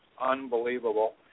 unbelievable